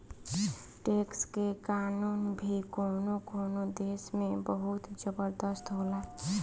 tax के कानून भी कवनो कवनो देश में बहुत जबरदस्त होला